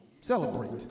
celebrate